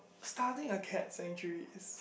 starting a cat centre